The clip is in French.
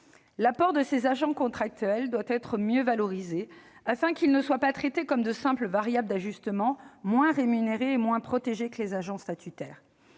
L'apport de ces agents contractuels doit être mieux valorisé, afin qu'ils ne soient pas traités comme de simples variables d'ajustement, moins rémunérés et moins protégés que les agents statutaires.